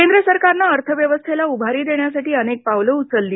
केंद्र सरकारनं अर्थव्यवस्थेला उभारी देण्यासाठी अनेक पावलं उचलली